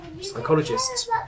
psychologists